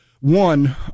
one